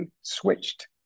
switched